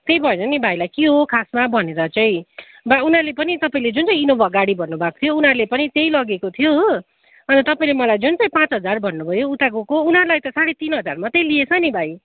त्यही भएर नि भाइलाई के हो खासमा भनेर चाहिँ बा उनीहरूले पनि तपाईँले जुन चाहिँ इनोभा गाडी भन्नुभएको थियो उनीहरूले पनि त्यही लगेको थियो हो अन्त तपाईँले मलाई जुन चाहिँ पाँच हजार भन्नुभयो उता गएको उनीहरूलाई त सोँढे तिन हजार मात्रै लिएछ नि भाइ